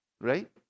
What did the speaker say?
right